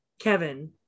Kevin